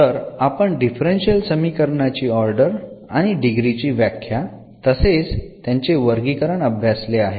तर आपण डिफरन्शियल समीकरणांची ऑर्डर आणि डिग्री ची व्याख्या तसेच त्यांचे वर्गीकरण अभ्यासले आहे